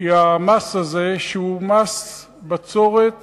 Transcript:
כי המס הזה שהוא מס בצורת,